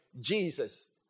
Jesus